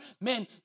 man